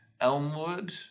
Elmwood